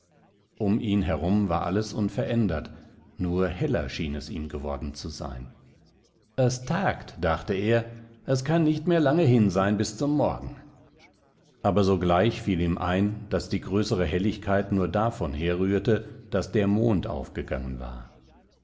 um ihn herum war alles unverändert nur heller schien es ihm geworden zu sein es tagt dachte er es kann nicht mehr lange hin sein bis zum morgen aber sogleich fiel ihm ein daß die größere helligkeit nur davon herrührte daß der mond aufgegangen war